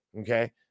okay